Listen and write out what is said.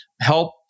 help